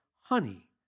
honey